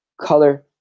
color